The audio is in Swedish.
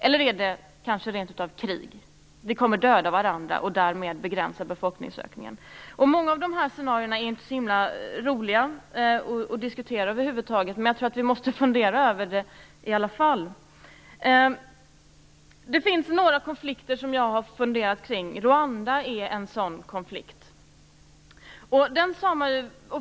Eller är det kanske rent av krig? Kommer vi att döda varandra och därmed begränsa befolkningsökningen? Många av de här scenarierna är ju inte så roliga att över huvud taget diskutera. Men jag tror att vi måste fundera över dem i alla fall. Det finns några konflikter som jag har funderat kring. Rwanda är en sådan konflikt.